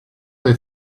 they